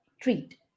treat